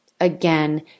again